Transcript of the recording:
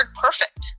perfect